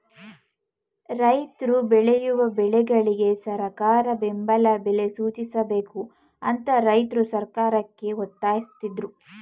ರೈತ್ರು ಬೆಳೆಯುವ ಬೆಳೆಗಳಿಗೆ ಸರಕಾರ ಬೆಂಬಲ ಬೆಲೆ ಸೂಚಿಸಬೇಕು ಅಂತ ರೈತ್ರು ಸರ್ಕಾರಕ್ಕೆ ಒತ್ತಾಸಿದ್ರು